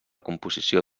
composició